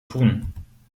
tun